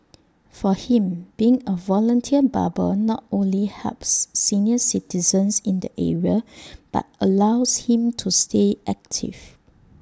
for him being A volunteer barber not only helps senior citizens in the area but allows him to stay active